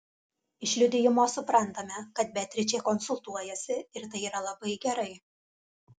iš liudijimo suprantame kad beatričė konsultuojasi ir tai yra labai gerai